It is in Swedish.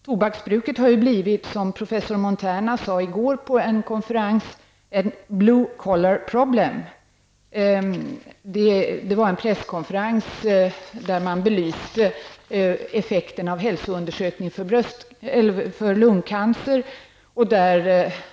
Tobaksbruket har ju blivit ''a blue collar problem'', som professor Montana sade i går på en presskonferens där man belyste effekterna av hälsoundersökning när det gäller lungcancer.